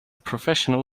professional